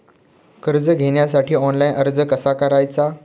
कर्ज घेण्यासाठी ऑनलाइन अर्ज कसा करायचा?